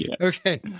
Okay